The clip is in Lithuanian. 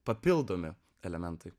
papildomi elementai